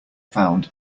found